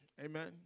Amen